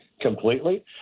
completely